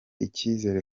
icyizere